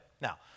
Now